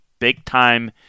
Big-time